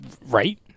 Right